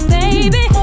baby